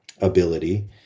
ability